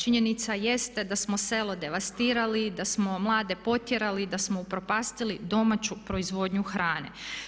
Činjenica jeste da smo selo devastirali, da smo mlade potjerali, da smo upropastili domaću proizvodnju hrane.